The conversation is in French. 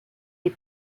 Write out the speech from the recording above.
des